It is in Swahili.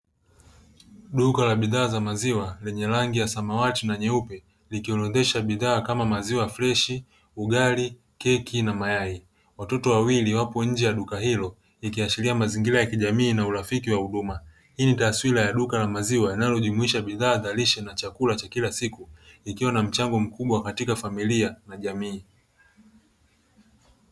Duka la bidhaa za maziwa lenye rangi ya samawati na nyeupe likiorodhesha bidhaa kama: maziwa freshi, ugali, keki na mayai. Watoto wawili wapo nje ya duka hilo ikiashiria mazingira ya kijamii na urafiki wa huduma. Hii ni taswira ya duka la maziwa linajumuisha bidhaa za lishe na chakula cha kila siku likiwa na mchango mkubwa katika familia na jamii.